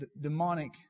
demonic